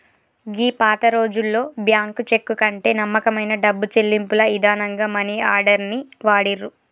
గీ పాతరోజుల్లో bank cheque కంటే నమ్మకమైన డబ్బు చెల్లింపుల ఇదానంగా మనీ ఆర్డర్ ని వాడిర్రు